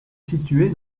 située